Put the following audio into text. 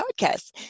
podcast